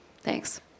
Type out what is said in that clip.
Thanks